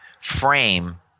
frame